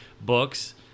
books